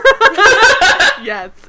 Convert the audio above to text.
Yes